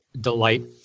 delight